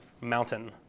mountain